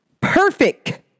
Perfect